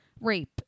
rape